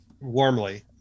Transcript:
warmly